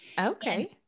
Okay